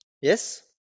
Yes